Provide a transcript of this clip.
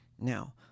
Now